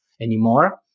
anymore